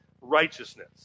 righteousness